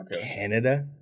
Canada